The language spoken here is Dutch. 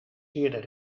eerder